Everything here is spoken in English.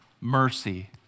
mercy